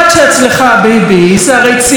לצרכים פוליטיים,